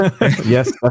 Yes